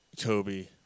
Kobe